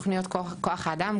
תוכניות כוח האדם,